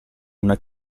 una